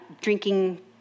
drinking